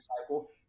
cycle